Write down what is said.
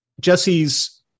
Jesse's